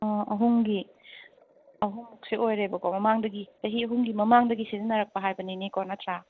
ꯑꯣ ꯑꯍꯨꯝꯒꯤ ꯑꯍꯨꯝꯃꯨꯛꯁꯦ ꯑꯣꯏꯔꯦꯕꯀꯣ ꯃꯃꯥꯡꯗꯒꯤ ꯆꯍꯤ ꯑꯍꯨꯝꯒꯤ ꯃꯃꯥꯡꯗꯒꯤ ꯁꯤꯖꯤꯟꯅꯔꯛꯄ ꯍꯥꯏꯕꯅꯤꯅꯦꯀꯣ ꯅꯠꯇ꯭ꯔꯥ